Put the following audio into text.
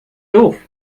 doof